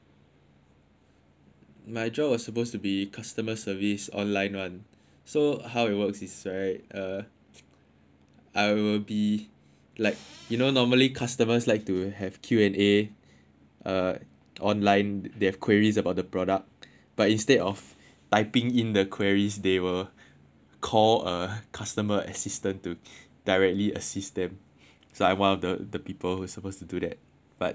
my job was supposed to be customer service online [one] so how it works is right uh I will be like you know normally customers like to have Q&A uh online they have queries about the product but instead of typing in the queries they will call a customer assistant to directly assist them so I'm one of the the people who supposed to do that but they haven't even get back to me yet